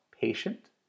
patient